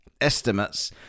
estimates